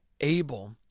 Abel